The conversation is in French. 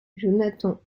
jonathan